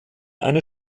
eine